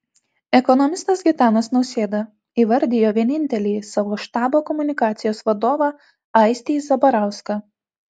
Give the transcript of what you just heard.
ekonomistas gitanas nausėda įvardijo vienintelį savo štabo komunikacijos vadovą aistį zabarauską